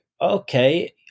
okay